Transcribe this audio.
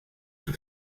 for